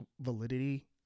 validity